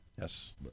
Yes